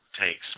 Takes